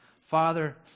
Father